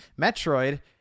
Metroid